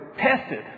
tested